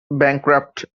bankrupt